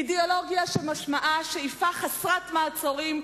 אידיאולוגיה שמשמעה שאיפה חסרת מעצורים,